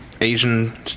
Asian